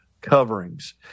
Coverings